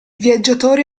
viaggiatori